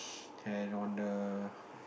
and on the